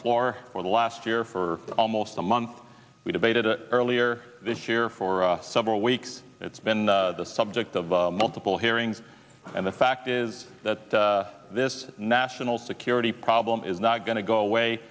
floor for the last year for almost a month we debated a earlier this year for several weeks it's been the subject of multiple hearings and the fact is that this national security problem is not going to go away